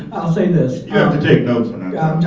i'll say this you have to take notes when i'm